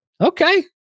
Okay